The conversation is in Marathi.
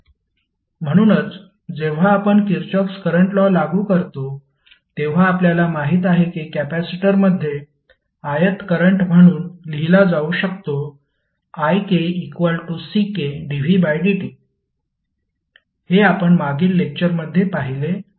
म्हणूनच जेव्हा आपण किरचॉफ करंट लॉ लागू करतो तेव्हा आपल्याला माहित आहे की कॅपेसिटरमध्ये ith करंट म्हणून लिहिला जाऊ शकतो ikCkdvdt हे आपण मागील लेक्टरमध्ये पाहिले होते